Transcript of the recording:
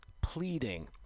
Pleading